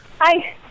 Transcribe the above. Hi